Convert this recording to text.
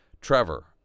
Trevor